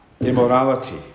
immorality